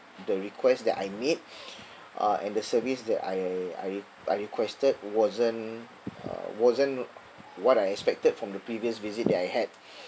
the request that I made uh and the service that I I I requested wasn't uh wasn't what I expected from the previous visit that I had